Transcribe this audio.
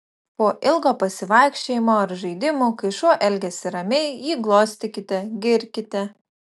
po ilgo pasivaikščiojimo ar žaidimų kai šuo elgiasi ramiai jį glostykite girkite